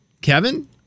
Kevin